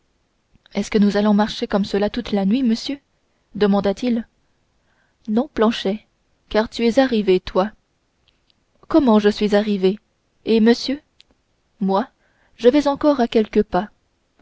est-ce que nous allons marcher comme cela toute la nuit monsieur demanda-t-il non planchet car tu es arrivé toi comment je suis arrivé et monsieur moi je vais encore à quelques pas